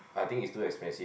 I think it's too expensive